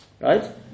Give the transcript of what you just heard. Right